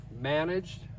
managed